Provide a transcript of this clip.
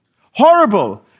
Horrible